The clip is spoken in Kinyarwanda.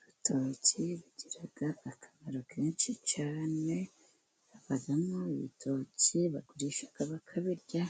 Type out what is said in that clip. Ibitoki bigira akamaro kenshi cyane, havamo ibitoki bagurisha bakabirya,